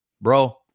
Bro